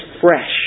fresh